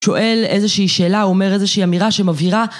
שואל איזושהי שאלה אומר איזושהי אמירה שמבהירה